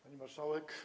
Pani Marszałek!